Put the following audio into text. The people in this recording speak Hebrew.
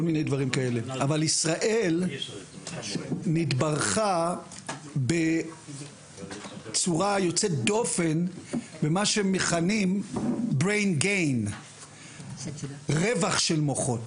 אבל ישראל התברכה בצורה יוצאת דופן במה שמכנים רווח של מוחות.